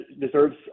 deserves